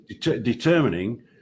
determining